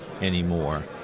anymore